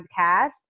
podcast